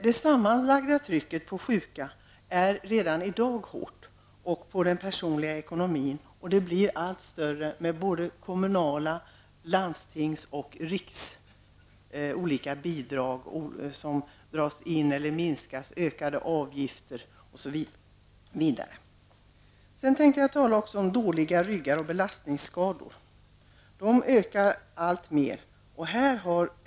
Det sammanlagda trycket på de sjukas ekonomi är redan i dag hårt, och det blir allt större allteftersom bidrag på kommunal och landstingskommunal nivå och på riksnivå dras in eller minskas, avgifter ökas osv. Jag skall också säga några ord om dåliga ryggar och belastningsskador, vars antal ökar alltmer.